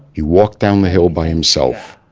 he walked down the hill by himself.